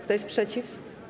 Kto jest przeciw?